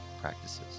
practices